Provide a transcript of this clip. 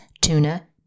tuna